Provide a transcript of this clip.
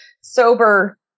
sober